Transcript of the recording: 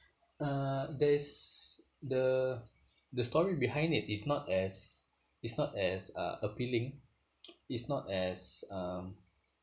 uh there is the the story behind it it's not as it's not as uh appealing it's not as um